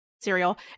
cereal